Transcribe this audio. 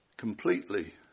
completely